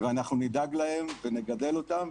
ואנחנו נדאג להם ונגדל אותם,